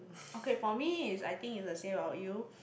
okay for me is I think is Save Our Youth